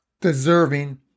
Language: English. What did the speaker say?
deserving